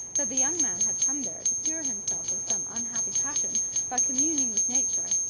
that the young man had come there to cure himself of some unhappy passion by communing with nature,